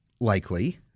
Likely